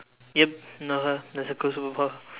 yup haha that's